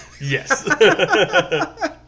Yes